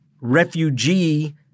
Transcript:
refugee